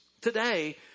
Today